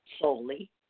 solely